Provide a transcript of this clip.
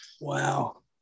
Wow